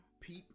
peep